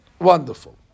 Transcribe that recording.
Wonderful